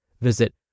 Visit